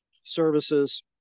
services